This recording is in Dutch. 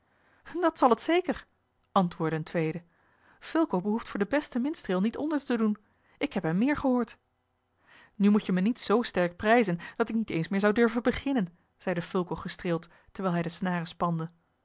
dat zal het zeker antwoordde een tweede fulco behoeft voor den besten minstreel niet onder te doen ik heb hem meer gehoord nu moet je me niet zoo sterk prijzen dat ik niet eens meer zou durven beginnen zeide fulco gestreeld terwijl hij de snaren spande